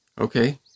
okay